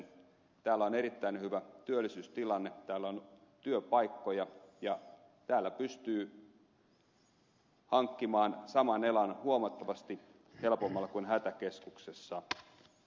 täällä on erittäin hyvä työllisyystilanne täällä on työpaikkoja ja täällä pystyy hankkimaan saman elannon huomattavasti helpommalla kuin hätäkeskuksessa